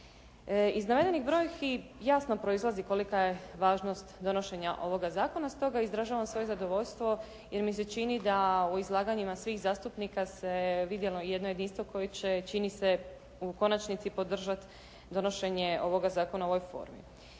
Iz navedenih brojki jasno proizlazi kolika je važnost donošenja ovog zakona. Stoga izražavam svoje zadovoljstvo jer mi se čini da u izlaganjima svih zastupnika se vidjelo jedno jedinstvo koje će čini se u konačnici podržati donošenje ovoga zakona u ovoj formi.